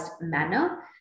manner